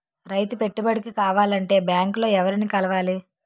రైతు పెట్టుబడికి కావాలంటే బ్యాంక్ లో ఎవరిని కలవాలి?